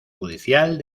judicial